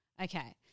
Okay